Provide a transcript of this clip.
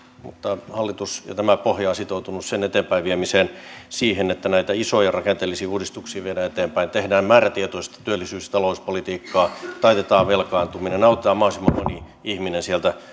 mutta hallitus ja tämä pohja on sitoutunut sen eteenpäinviemiseen siihen että isoja rakenteellisia uudistuksia viedään eteenpäin tehdään määrätietoista työllisyys ja talouspolitiikkaa taitetaan velkaantuminen autetaan mahdollisimman moni ihminen